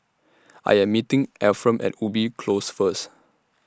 I Am meeting Efrem At Ubi Close First